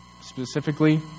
Specifically